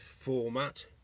format